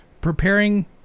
preparing